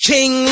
King